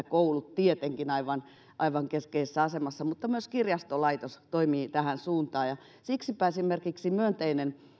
koulut tietenkin monet näistä aivan keskeisessä asemassa mutta myös kirjastolaitos toimii tähän suuntaan siksipä myönteinen